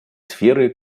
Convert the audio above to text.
сферы